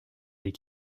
des